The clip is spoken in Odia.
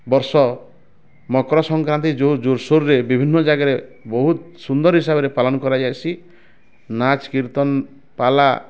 ବର୍ଷ ମକର ସଂକ୍ରାନ୍ତି ଯେଉଁ ଜୋରସୋରରେ ବିଭିନ୍ନ ଜାଗାରେ ବହୁତ ସୁନ୍ଦର ହିସାବରେ ପାଲନ କରାଯାଏସି ନାଚ୍ କୀର୍ତ୍ତନ ପାଲା